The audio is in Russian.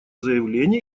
заявление